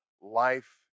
life